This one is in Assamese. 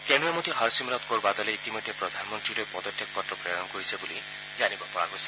কেন্দ্ৰীয় মন্তী হৰসিমৰত কৌৰ বাদলে ইতিমধ্যে প্ৰধানমন্তীলৈ পদত্যাগ পত্ৰ প্ৰেৰণ কৰিছে বুলি জানিব পৰা গৈছে